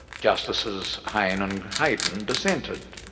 justices hayne and hayden dissented.